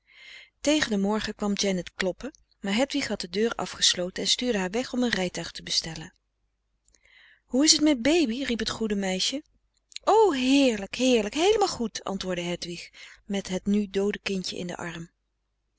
tegen den morgen kwam janet kloppen maar hedwig had de deur afgesloten en stuurde haar weg om een rijtuig te bestellen hoe is t met baby riep het goede meisje o heerlijk heerlijk heelemaal goed antwoordde hedwig met het nu doode kindje in den arm